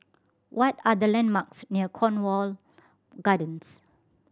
what are the landmarks near Cornwall Gardens